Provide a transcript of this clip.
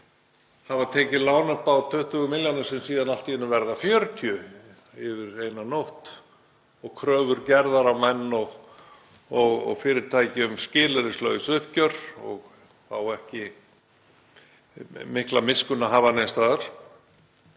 Það var tekið lán upp á 20 milljónir sem síðan allt í einu urðu 40 yfir eina nótt og kröfur gerðar á menn og fyrirtæki um skilyrðislaus uppgjör og ekki mikla miskunn að hafa nokkurs